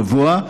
גבוה.